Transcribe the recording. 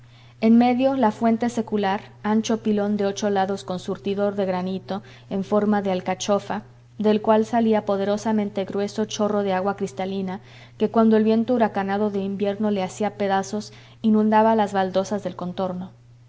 en medio la fuente secular ancho pilón de ocho lados con surtidor de granito en forma de alcachofa del cual salía poderosamente grueso chorro de agua cristalina que cuando el viento huracanado de invierno le hacía pedazos inundaba las baldosas del contorno